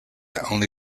only